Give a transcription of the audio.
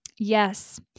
Yes